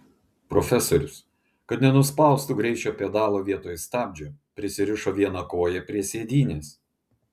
profesorius kad nenuspaustų greičio pedalo vietoj stabdžio prisirišo vieną koją prie sėdynės